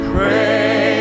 Pray